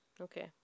Okay